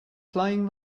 playing